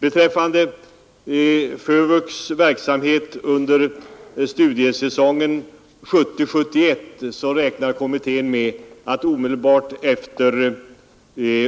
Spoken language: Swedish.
Beträffande FÖVUX:s verksamhet under studiesäsongen 1970/71 räknar kommittén med att omedelbart efter